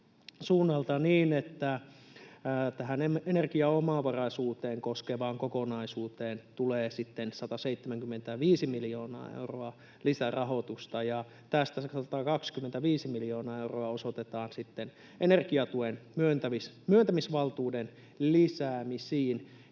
suunnalta niin, että tähän energiaomavaraisuutta koskevaan kokonaisuuteen tulee sitten 175 miljoonaa euroa lisärahoitusta ja tästä se 125 miljoonaa euroa osoitetaan sitten energiatuen myöntämisvaltuuden lisäämisiin